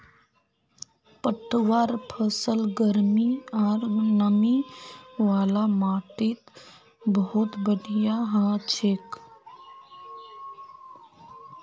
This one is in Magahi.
पटवार फसल गर्मी आर नमी वाला माटीत बहुत बढ़िया हछेक